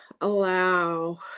allow